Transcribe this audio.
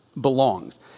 belongs